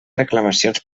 reclamacions